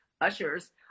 ushers